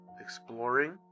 Exploring